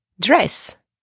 dress